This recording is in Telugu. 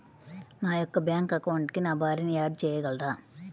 నా యొక్క బ్యాంక్ అకౌంట్కి నా భార్యని యాడ్ చేయగలరా?